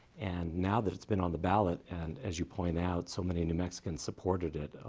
and now that it's been on the ballot and, as you point out, so many new mexicans supported it,